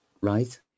right